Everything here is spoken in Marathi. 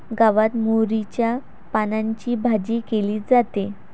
गावात मोहरीच्या पानांची भाजी केली जाते